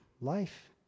life